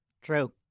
True